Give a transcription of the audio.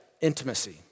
intimacy